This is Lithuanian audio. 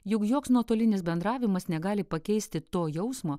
juk joks nuotolinis bendravimas negali pakeisti to jausmo